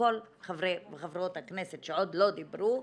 לכל חברי וחברות הכנסת שלא דיברו,